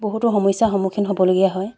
বহুতো সমস্যাৰ সন্মুখীন হ'বলগীয়া হয়